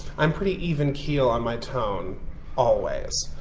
i'm pretty even keel on my tone always.